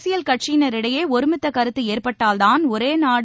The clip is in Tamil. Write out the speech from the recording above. அரசியல் கட்சிகளிடையே ஒருமித்த கருத்து ஏற்பட்டால்தான் ஒரே நாடு